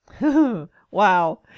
Wow